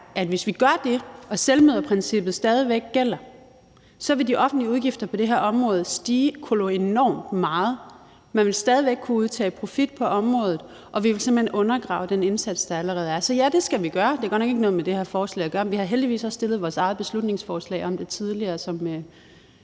at hvis vi gør det og selvmøderprincippet stadig væk gælder, så vil de offentlige udgifter på det her område stige koloenormt meget. Man vil stadig væk kunne udtage profit på området, og vi vil simpelt hen undergrave den indsats, der allerede er. Så ja, det skal vi gøre. Det har godt nok ikke noget med det her forslag at gøre, men vi har heldigvis også stillet vores eget beslutningsforslag om det tidligere, som